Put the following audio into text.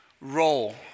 role